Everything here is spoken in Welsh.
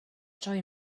troi